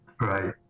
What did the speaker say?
right